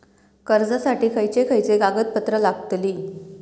कर्जासाठी खयचे खयचे कागदपत्रा लागतली?